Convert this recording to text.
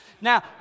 Now